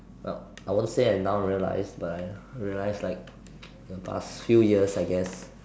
well I won't say I now realise but I realise like past few years I guess